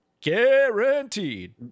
Guaranteed